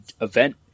event